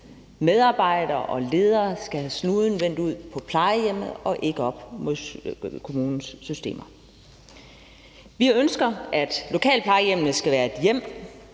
Medarbejdere og ledere skal have snuden vendt ud mod plejehjemmene og ikke op mod kommunens systemer. Vi ønsker, at lokalplejehjemmene skal være et hjem